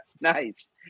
Nice